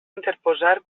interposar